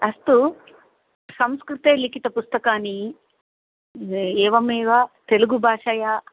अस्तु संस्कृते लिखितपुस्तकानि एवमेव तेलुगुभाषया